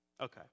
Okay